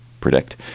predict